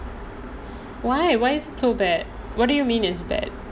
why why is it so bad what do you mean is bad